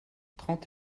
trente